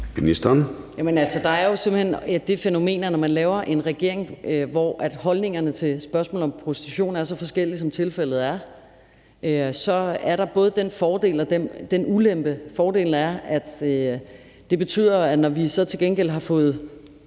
der er jo simpelt hen tale om det fænomen, at når man laver en regering, hvor holdningerne til spørgsmålet om prostitution er så forskellige, som tilfældet er, så er der både en fordel og en ulempe. Fordelen er, at det betyder, at når vi så til gengæld har fået